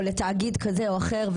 או לתאגיד כזה או אחר.